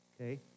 Okay